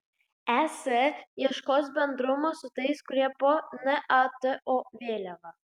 es ieškos bendrumo su tais kurie po nato vėliava